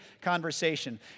conversation